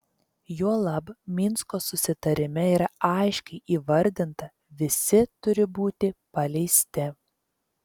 juolab minsko susitarime yra aiškiai įvardinta visi turi būti paleisti